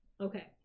Okay